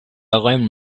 learn